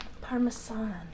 Parmesan